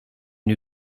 new